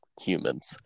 humans